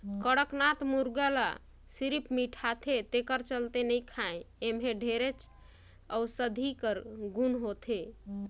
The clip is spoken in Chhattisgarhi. कड़कनाथ मुरगा ल सिरिफ मिठाथे तेखर चलते नइ खाएं एम्हे ढेरे अउसधी कर गुन होथे